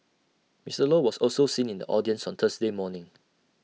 Mister law was also seen in the audience on Thursday morning